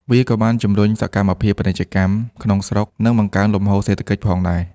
វាក៏បាន ជួយជំរុញសកម្មភាពពាណិជ្ជកម្មក្នុងស្រុក និងបង្កើនលំហូរសេដ្ឋកិច្ចផងដែរ។